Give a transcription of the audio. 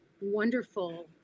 wonderful